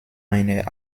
einer